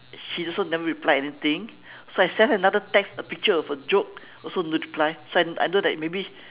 she also never reply anything so I sent her another text a picture of a joke also no reply so I I know that maybe